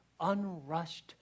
unrushed